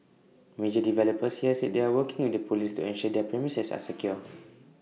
major developers here said they are working with the Police to ensure their premises are secure